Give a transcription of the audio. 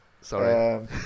Sorry